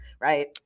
Right